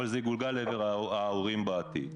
אבל זה יגולגל לעבר ההורים בעתיד.